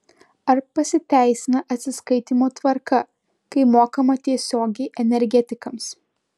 ar pasiteisina atsiskaitymo tvarka kai mokama tiesiogiai energetikams